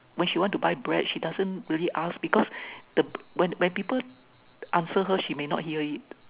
when she want to buy bread she doesn't really ask because the when when people answer her she may not hear it